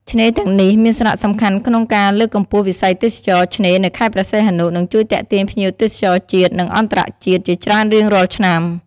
ឆ្នេរទាំងនេះមានសារៈសំខាន់ក្នុងការលើកកម្ពស់វិស័យទេសចរណ៍ឆ្នេរនៅខេត្តព្រះសីហនុ និងជួយទាក់ទាញភ្ញៀវទេសចរជាតិ និងអន្តរជាតិជាច្រើនរៀងរាល់ឆ្នាំ។